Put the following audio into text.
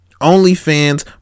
OnlyFans